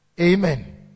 Amen